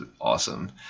awesome